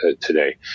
today